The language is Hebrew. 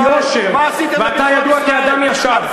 מה עשיתם לביטחון ישראל?